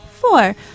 four